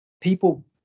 People